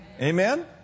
Amen